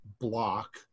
block